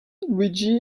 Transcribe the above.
luigi